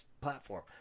platform